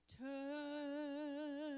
Turn